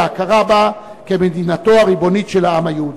להכרה בה כמדינתו הריבונית של העם היהודי.